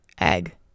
egg